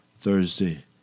Thursday